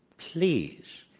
please,